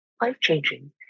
life-changing